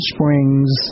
Springs